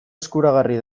eskuragarri